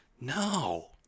no